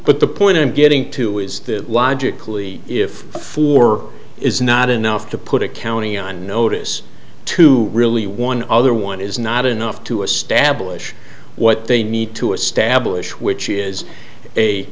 but the point i'm getting to is that logically if four is not enough to put a county on notice to really one other one is not enough to establish what they need to establish which is a